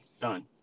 done